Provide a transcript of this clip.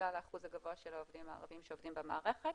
בגלל האחוז הגבוה של העובדים הערבים שעובדים במערכת,